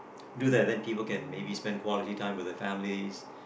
do that then people can maybe spend quality time with their families